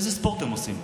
איזה ספורט הם עושים?